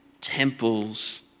temples